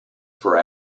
for